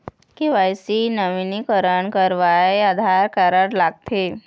KYC नवीनीकरण करवाये Aadhaar card लगथे?